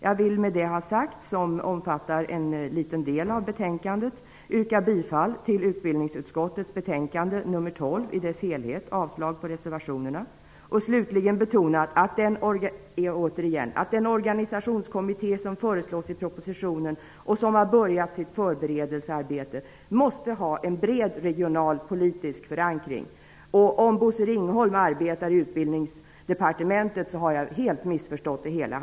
Jag vill med det jag har sagt, som omfattar en liten del av betänkandet, yrka bifall till hemställan i dess helhet och avslag på reservationerna i utbildningsutskottets betänkande nr 12. Till sist vill jag återigen betona att den organisationskommitté som föreslås i propositionen och som har påbörjat sitt förberedelsearbete måste ha en bred regional politisk förankring. Om Bosse Ringholm arbetar i Utbildningsdepartementet har jag totalt missförstått det hela.